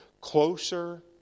closer